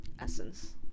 Essence